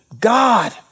God